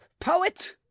poet